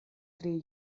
tri